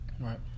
Right